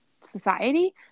society